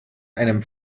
einem